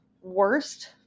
worst